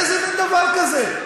איזה מין דבר זה?